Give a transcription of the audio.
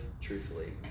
truthfully